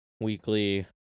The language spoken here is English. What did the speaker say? weekly